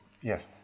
Yes